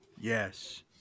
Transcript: Yes